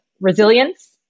resilience